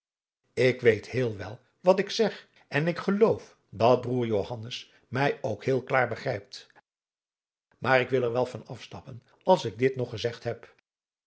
ik weet heel wel wat ik zeg en ik geloof dat broêr johannes mij ook heel klaar begrijpt maar ik wil er wel van afstappen als ik dit nog gezegd heb